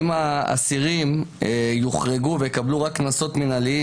אם האסירים יוחרגו ויקבלו רק קנסות מינהליים,